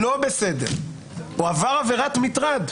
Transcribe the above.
לא בסדר, הוא עבר עבירת מטרד.